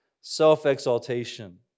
self-exaltation